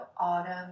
autumn